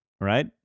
right